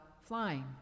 flying